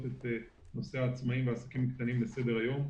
נושא העצמאים והעסקים הקטנים לסדר-היום.